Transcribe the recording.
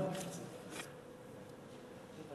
(סמכויות